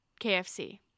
kfc